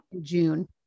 June